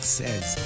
says